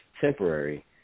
temporary